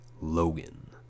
Logan